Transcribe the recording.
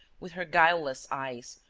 with her guileless eyes,